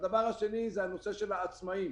דבר שני זה הנושא של העצמאים.